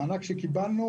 המענק שקיבלנו